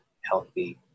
healthy